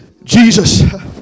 Jesus